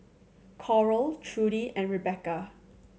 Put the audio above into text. Coral Trudy and Rebekah